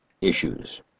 issues